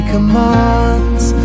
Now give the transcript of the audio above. commands